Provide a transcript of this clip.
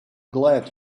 glad